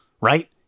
right